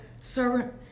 servant